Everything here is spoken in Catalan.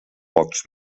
pocs